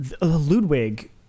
Ludwig